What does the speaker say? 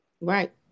Right